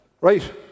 Right